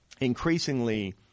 increasingly